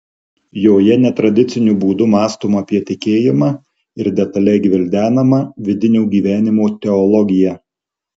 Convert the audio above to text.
joje netradiciniu būdu mąstoma apie tikėjimą ir detaliai gvildenama vidinio gyvenimo teologija